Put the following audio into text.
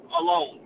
alone